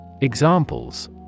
Examples